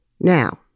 Now